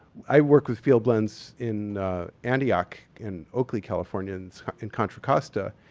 i work with field blends in antioch, in oakley, california, in so in contra costa.